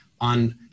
on